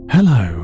Hello